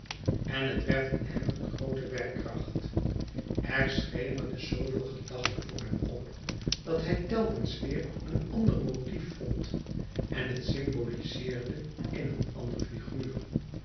en het werd in hem een groote werkkracht er schemerde zoovele gedachte voor hem op dat hij telkens weêr een ander motief vond en het symbolizeerde in een ander figuur